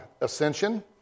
Ascension